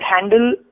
handle